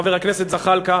חבר הכנסת זחאלקה,